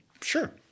Sure